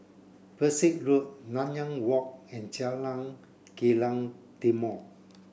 Pesek Road Nanyang Walk and Jalan Kilang Timor